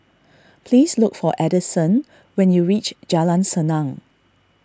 please look for Addison when you reach Jalan Senang